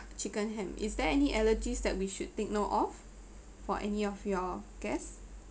chicken ham is there any allergies that we should take note of for any of your guests